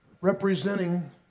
representing